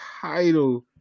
title